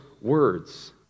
words